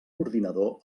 ordinador